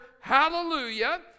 hallelujah